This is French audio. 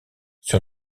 sur